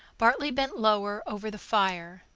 bartley bent lower over the fire.